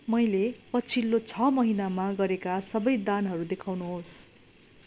मैले पछिल्लो छ महिनामा गरेका सबै दानहरू देखाउनुहोस्